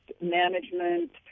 management